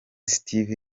steve